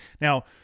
Now